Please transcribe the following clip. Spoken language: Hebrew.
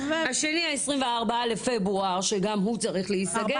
השני 24 בפברואר שגם הוא צריך להיסגר.